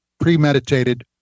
premeditated